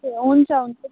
ए हुन्छ हुन्छ